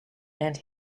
and